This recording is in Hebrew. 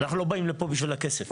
אנחנו לא באים לפה עבור הכסף,